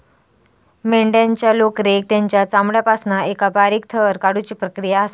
मेंढ्यांच्या लोकरेक तेंच्या चामड्यापासना एका बारीक थर काढुची प्रक्रिया असा